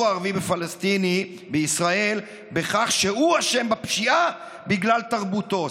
הערבי-פלסטיני בישראל בכך שהוא אשם בפשיעה בגלל תרבותו.